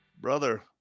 Brother